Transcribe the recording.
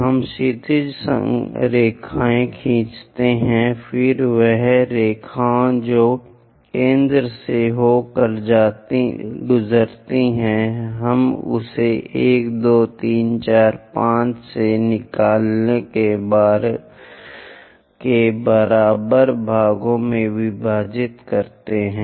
हम क्षैतिज रेखाएँ खींचते हैं फिर वह रेखा जो केंद्र से होकर गुजरती है हम इसे 1 2 3 4 5 से निकालने के बराबर भागों में विभाजित करते हैं